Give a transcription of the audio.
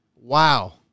Wow